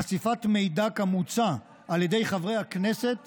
חשיפת מידע כמוצע על ידי חברי הכנסת